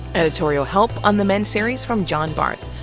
editorial help on the men series from john barth.